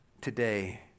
today